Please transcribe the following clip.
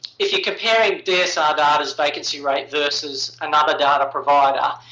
if you're comparing dsr data's vacancy rate versus another data provider,